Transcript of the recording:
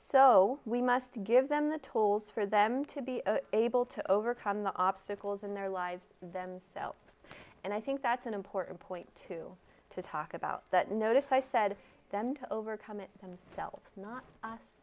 so we must give them the tools for them to be able to overcome the obstacles in their lives themselves and i think that's an important point to to talk about that notice i said them to overcome it themselves not